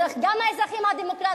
גם האזרחים הדמוקרטים,